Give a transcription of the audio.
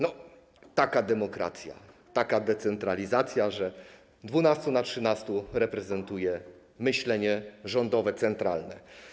To taka demokracja, taka decentralizacja, że 12 na 13 reprezentuje myślenie rządowe, centralne.